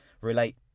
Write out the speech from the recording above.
relate